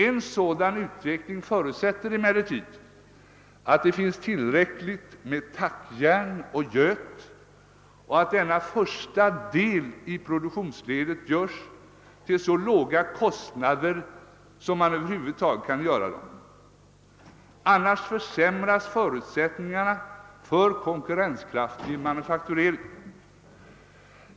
En sådan utveckling förutsätter emellertid att det finns tillräckligt med tackjärn och göt och att denna första del i produktionsledet görs till så låga kostnader som över huvud taget är möjligt. Annars försämras förutsättningarna för konkurrenskraftig manufakturering.